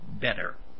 better